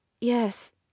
Yes